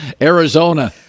Arizona